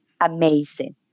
amazing